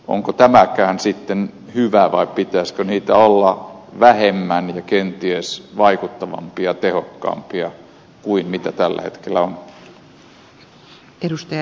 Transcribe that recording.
onko tämäkään sitten hyvä vai pitäisikö niitä olla vähemmän ja kenties vaikuttavampia ja tehokkaampia kuin mitä tällä hetkellä on